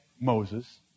Moses